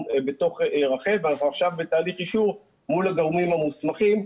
בתוך רח"ל ואנחנו עכשיו בתהליך אישור מול הגורמים המוסמכים.